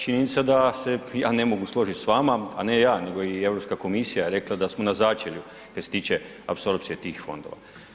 Činjenica je da se ja ne mogu složiti s vama, a ne ja, nego i Europska komisija je rekla da smo na začelju kaj se tiče apsorpcije tih fondova.